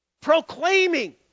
Proclaiming